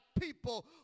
people